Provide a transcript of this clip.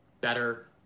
better